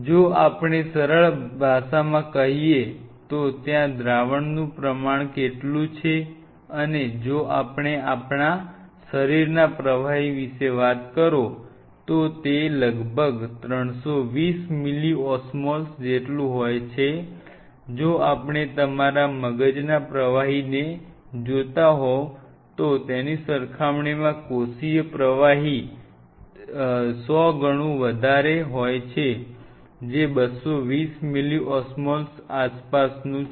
જો આપણે સરળ ભાષામાં કહીએ તો ત્યાં દ્રાવણનું પ્રમાણ કેટલું છે અને જો આપણે આપણા શરીરના પ્રવાહી વિશે વાત કરો તો તે લગભગ 320 મિલિઓસ્મોલ્સ જેટલું હોય છે જો આપણે તમારા મગજના પ્રવાહીને જોતા હોવ તો તેની સરખામણીમાં કોષીય પ્રવાહી 100 ગણું વધારે હોય છે જે 220 મિલિઓસ્મોલ્સ આસપાસનું છે